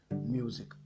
music